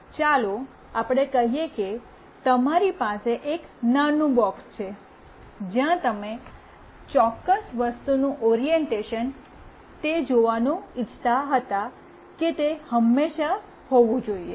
ચાલો આપણે કહીએ કે તમારી પાસે એક નાનું બૉક્સ છે જ્યાં તમે ચોક્કસ વસ્તુનું ઓરિએંટેશન તે જોવાનું ઇચ્છતા હતા કે તેહંમેશા હોવું જોઈએ